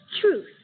truth